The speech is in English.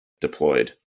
deployed